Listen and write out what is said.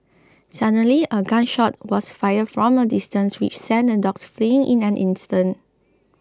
suddenly a gun shot was fired from a distance which sent the dogs fleeing in an instant